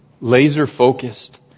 laser-focused